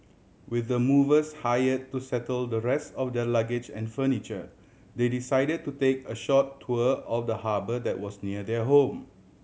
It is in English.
with the movers hire to settle the rest of their luggage and furniture they decided to take a short tour of the harbour that was near their home